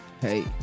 Hey